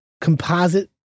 composite